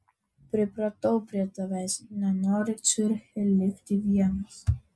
pripratau prie tavęs nenoriu ciuriche likti vienas